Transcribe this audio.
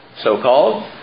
so-called